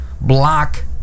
block